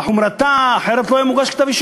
מה חומרתה, אחרת לא היה מוגש כתב-אישום.